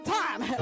time